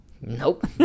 Nope